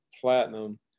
platinum